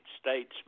States